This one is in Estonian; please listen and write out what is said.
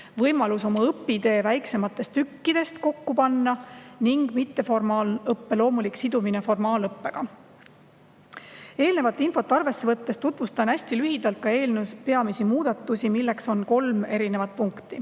võimalus oma õpitee väiksematest tükkidest kokku panna ning mitteformaalõppe loomulik sidumine formaalõppega. Kogu seda infot arvesse võttes tutvustan hästi lühidalt ka eelnõu pakutud peamisi muudatusi, milleks on kolm punkti.